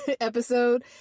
episode